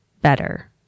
better